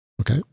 Okay